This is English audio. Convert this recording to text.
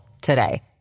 today